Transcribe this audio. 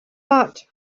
but